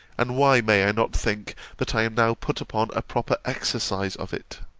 and why may i not think that i am now put upon a proper exercise of it?